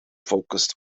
focused